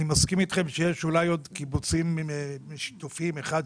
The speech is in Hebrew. אני מסכים איתכם שיש אולי עוד קיבוצים שיתופיים אחד,